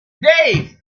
days